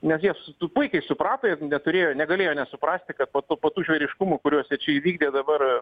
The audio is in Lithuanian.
nes jie s t puikiai suprato ir neturėjo negalėjo nesuprasti kad po to po tų žvėriškumų kuriuos jie čia įvykdė dabar